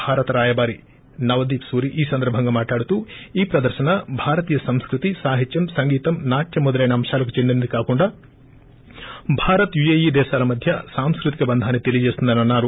భారత రాయబారి నవదీప్ సూరీ ఈ సందర్బంగా మాట్లాడుతూ ఈ పదర్తన భారతీయ సంస్ఫుతి సాహిత్యం సంగీతం నాట్యం అంశాలకు చెందినది కాకుండా భారత్ యూఏఈ దేశాల మధ్య సాంస్కృతిక బంధాన్ని తెలియజేస్తుందని అన్నారు